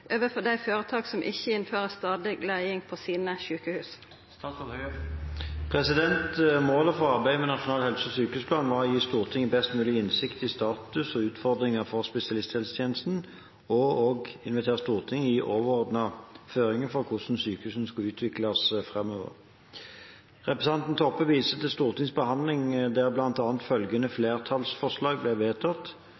overfor dei føretak som ikkje innfører stadleg leiing på sine sjukehus?» Målet for arbeidet med Nasjonal helse- og sykehusplan var å gi Stortinget best mulig innsikt i status og utfordringer for spesialisthelsetjenesten og å invitere Stortinget til å gi overordnede føringer for hvordan sykehusene skal utvikles framover. Representanten Toppe viser til Stortingets behandling, der bl.a. følgende